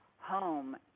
home